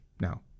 now